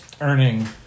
earning